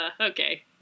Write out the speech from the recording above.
Okay